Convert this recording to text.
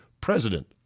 president